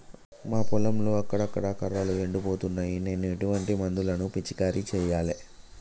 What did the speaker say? మా పొలంలో అక్కడక్కడ కర్రలు ఎండిపోతున్నాయి నేను ఎటువంటి మందులను పిచికారీ చెయ్యాలే?